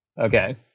okay